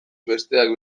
besteak